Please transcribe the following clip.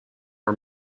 are